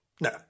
No